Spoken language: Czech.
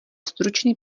stručný